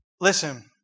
Listen